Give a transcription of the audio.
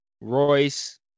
Royce